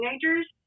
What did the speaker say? teenagers